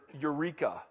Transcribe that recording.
eureka